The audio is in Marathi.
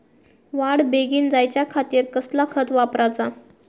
वाढ बेगीन जायच्या खातीर कसला खत वापराचा?